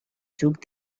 took